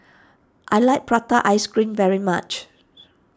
I like Prata Ice Cream very much